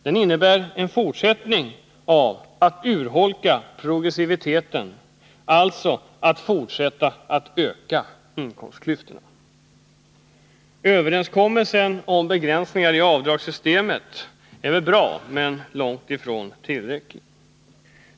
Den innebär en fortsatt urholkning av progressiviteten, alltså en fortsatt ökning av inkomstklyftorna. Överenskommelsen om begränsningar i avdragssystemet är väl bra men långt ifrån tillräcklig.